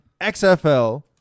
XFL